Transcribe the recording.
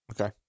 Okay